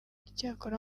icyakora